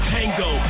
Tango